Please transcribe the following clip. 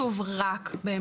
בנסוח לא כתוב רק באמצעות.